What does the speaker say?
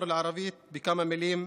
ברשותך, אעבור לערבית בכמה מילים.